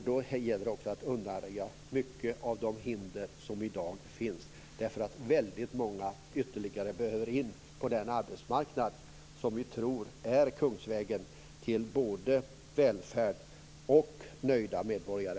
Då gäller det också att undanröja mycket av de hinder som i dag finns, därför att väldigt många ytterligare behöver in på den arbetsmarknad som vi tror är kungsvägen till både välfärd och nöjda medborgare.